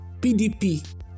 PDP